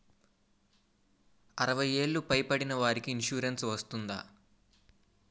అరవై ఏళ్లు పై పడిన వారికి ఇన్సురెన్స్ వర్తిస్తుందా?